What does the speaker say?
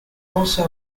also